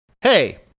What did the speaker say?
hey